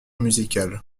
musicales